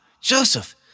Joseph